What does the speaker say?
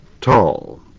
tall